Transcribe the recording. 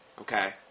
Okay